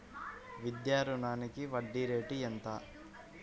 విద్యా రుణానికి వడ్డీ రేటు ఎంత?